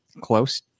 close